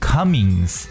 Cummings